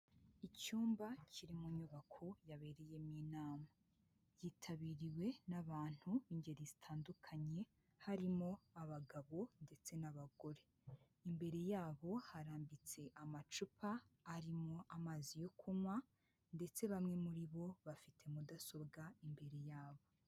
Icyumba kiri mu nyubako yabereyemo inama yitabiriwe n'abantu ingeri zitandukanye harimo abagabo ndetse n'abagore, imbere yabo harambitse amacupa arimo amazi yo kunywa ndetse bamwe muri bo bafite mudasobwa imbere yabo.